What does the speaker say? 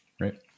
right